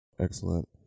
Excellent